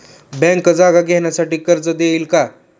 Bank जागा घेण्यासाठी कर्ज देईल का?